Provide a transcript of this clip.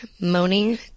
moaning